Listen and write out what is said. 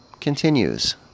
continues